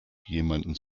jemanden